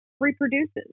reproduces